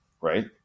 right